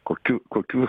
kokių kokių